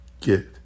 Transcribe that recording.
get